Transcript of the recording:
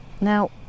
now